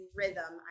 rhythm